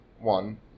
one